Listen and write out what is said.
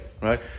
Right